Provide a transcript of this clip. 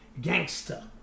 gangster